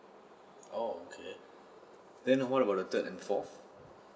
oh okay then what about the third and fourth